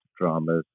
dramas